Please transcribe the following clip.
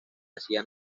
hacía